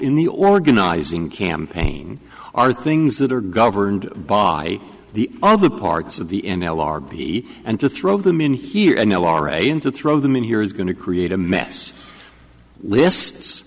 in the organizing campaign are things that are governed by the other parts of the n l r b and to throw them in here and now laura in to throw them in here is going to create a mess lists